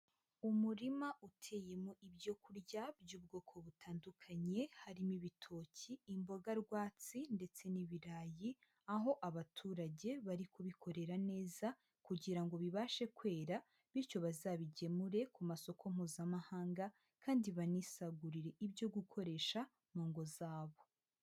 Umurima uteyemo ibyo kurya by'ubwoko butandukanye, harimo ibitoki, imboga rwatsi, ndetse n'ibirayi, aho abaturage bari kubikorera neza kugira ngo bibashe kwera, bityo bazabigemure ku masoko mpuzamahanga kandi banisagurire ibyo gukoresha mu ngo zabo.